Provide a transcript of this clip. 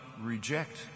reject